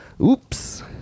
Oops